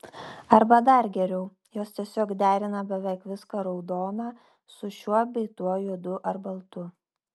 arba dar geriau jos tiesiog derina beveik viską raudoną su šiuo bei tuo juodu ar baltu